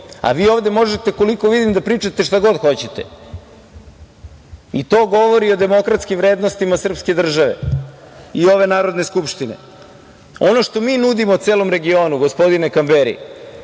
a vi ovde možete, koliko vidim, da pričate šta god hoćete. To govori o demokratskim vrednostima srpske države i ove Narodne skupštine. Ono što mi nudimo celom regionu, gospodine Kamberi,